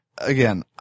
again